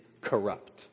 corrupt